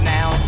Now